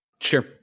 sure